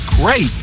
great